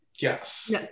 Yes